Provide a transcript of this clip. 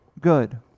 good